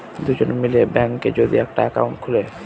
দুজন মিলে ব্যাঙ্কে যদি একটা একাউন্ট খুলে